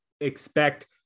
expect